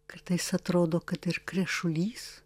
kartais atrodo kad ir krešulys